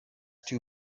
too